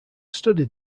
studied